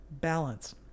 balance